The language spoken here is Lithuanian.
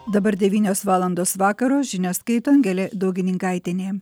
dabar devynios valandos vakaro žinias skaito angelė daugininkaitienė